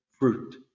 fruit